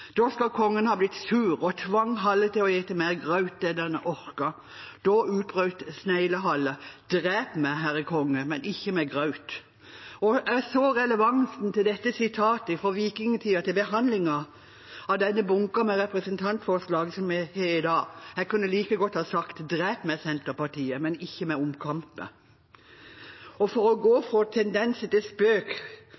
Da skal kongen ha blitt sur og tvunget Halle til å ete mer graut enn han orket. Da utbrøt Snegle-Halle: Drep meg, herre konge, men ikke med graut. Jeg så relevansen til dette sitatet fra vikingtiden i behandlingen av denne bunken med representantforslag som vi har i dag – jeg kunne like godt ha sagt: Drep meg, Senterpartiet, men ikke med omkamper. For å gå